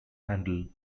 handle